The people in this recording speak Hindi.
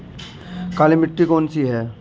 काली मिट्टी कौन सी है?